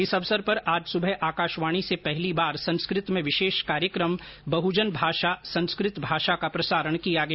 इस अवसर पर आज सुबह आकाशवाणी से पहली बार संस्कृत में विशेष कार्यक्रम बहुजन भाषा संस्कृत भाषा का प्रसारण किया गया